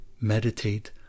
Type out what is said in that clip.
Meditate